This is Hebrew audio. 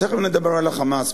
תיכף נדבר על ה"חמאס".